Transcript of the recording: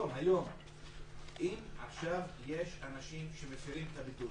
אם עכשיו יש אנשים שמפרים את הבידוד